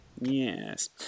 yes